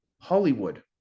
Hollywood